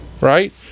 right